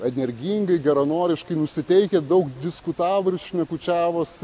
energingai geranoriškai nusiteikę daug diskutavo ir šnekučiavosi